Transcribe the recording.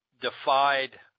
defied